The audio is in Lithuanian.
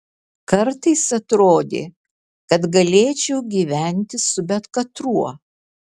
kartais atrodė kad galėčiau gyventi su bet katruo